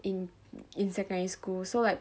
in in secondary school so like